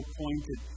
pointed